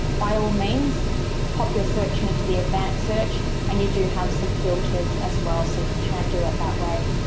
by all means pop your searching into the advanced search and you do have some filters as well. so you can do it that way.